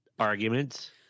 Arguments